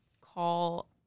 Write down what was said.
call